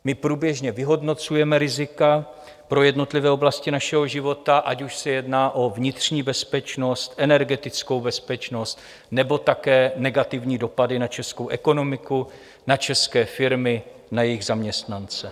My průběžně vyhodnocujeme rizika pro jednotlivé oblasti našeho života, ať už se jedná o vnitřní bezpečnost, energetickou bezpečnost nebo také negativní dopady na českou ekonomiku, na české firmy, na jejich zaměstnance.